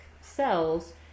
cells